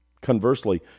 Conversely